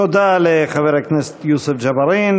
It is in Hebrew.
תודה לחבר הכנסת יוסף ג'בארין.